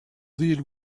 deal